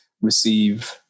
receive